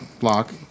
lock